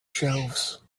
shelves